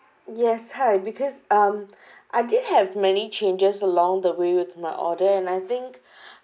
yes hi because um I did have many changes along the way with my order and I think